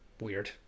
weird